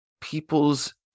people's